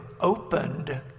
opened